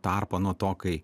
tarpą nuo to kai